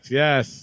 yes